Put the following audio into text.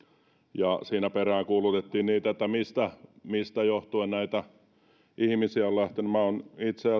ja siinä peräänkuulutettiin että mistä johtuen näitä ihmisiä on lähtenyt itse asiassa